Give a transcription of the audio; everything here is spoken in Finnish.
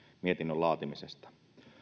mietinnön laatimisesta